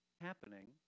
happening